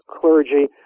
clergy